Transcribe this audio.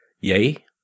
Yay